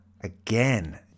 Again